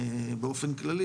באופן כללי,